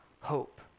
hope